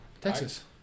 Texas